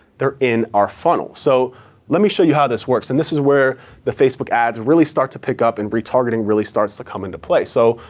they're in our funnel. so let me show you how this works, and this is where the facebook ads really start to pick up and retargeting really starts to come into play. so